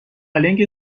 لنگ